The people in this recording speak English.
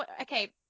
Okay